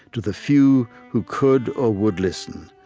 to the few who could or would listen.